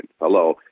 Hello